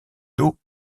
dos